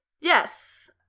Yes